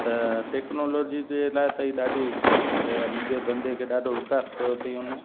त टेक्नोलॉजी जे लाइ त ई ॾाढी सुठी शइ आहे मुंहिंजे धंधे खे ॾाढो विकास कयो अथई उन